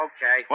Okay